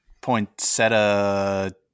Poinsettia